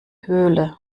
höhle